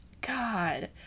God